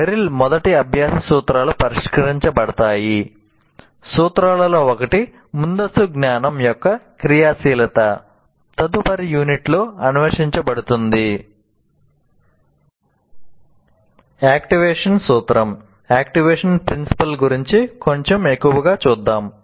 Merrill మొదటి అభ్యాస సూత్రాలు పరిష్కరించబడతాయి సూత్రాలలో ఒకటి ముందస్తు జ్ఞానం యొక్క క్రియాశీలత ఆక్టివేషన్ సూత్రం గురించి కొంచెం ఎక్కువగా చూద్దాం